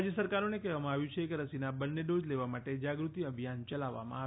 રાજ્ય સરકારોને કહેવામાં આવ્યું છે કે રસીના બંને ડોઝ લેવા માટે જાગૃતિ અભિયાન યલાવવામાં આવે